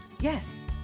yes